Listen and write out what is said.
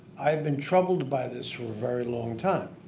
i've been troubled by this for a very long time